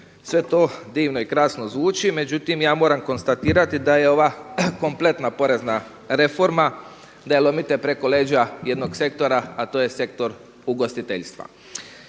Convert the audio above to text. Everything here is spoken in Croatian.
Sve to divno i krasno zvuči, međutim ja moram konstatirati da je ova kompletna porezna reforma, da je lomite preko leđa jednog sektora, a to je sektor ugostiteljstva.